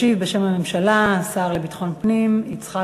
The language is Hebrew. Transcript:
ישיב בשם הממשלה השר לביטחון פנים יצחק